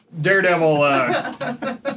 Daredevil